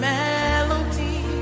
melody